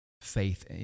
faith